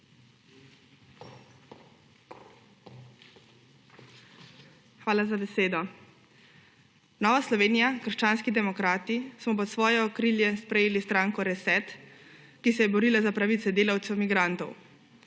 Hvala za besedo. Nova Slovenija – krščanski demokrati smo pod svoje okrilje sprejeli stranko ReSET, ki se je borila za pravice delavcev migrantov.